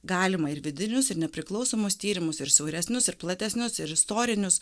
galima ir vidinius ir nepriklausomus tyrimus ir siauresnius ir platesnius ir istorinius